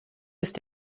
ist